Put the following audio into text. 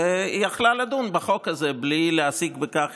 והיא יכלה לדון בחוק הזה בלי להעסיק בכך